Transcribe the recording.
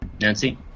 Nancy